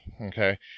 okay